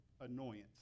annoyance